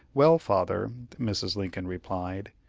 well, father, mrs. lincoln replied,